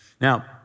Now